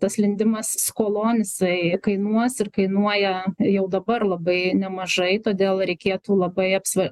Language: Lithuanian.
tas lindimas skolon jisai kainuos ir kainuoja jau dabar labai nemažai todėl reikėtų labai apsva